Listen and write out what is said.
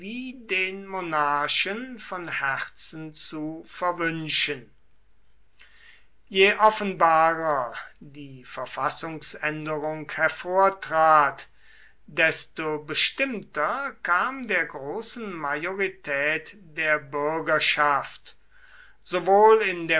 den monarchen von herzen zu verwünschen je offenbarer die verfassungsänderung hervortrat desto bestimmter kam der großen majorität der bürgerschaft sowohl in